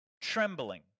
trembling